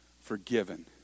forgiven